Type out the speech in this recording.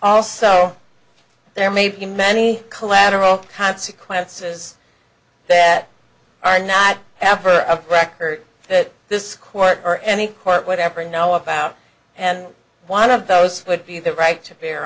also there may be many collateral consequences that are not asked for a record that this court or any court would ever know about and one of those would be the right to bear